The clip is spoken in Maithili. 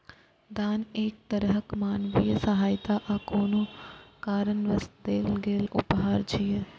दान एक तरहक मानवीय सहायता आ कोनो कारणवश देल गेल उपहार छियै